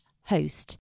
host